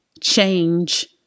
change